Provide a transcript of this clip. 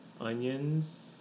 onions